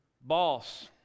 boss